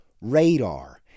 radar